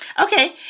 Okay